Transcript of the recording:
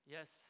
Yes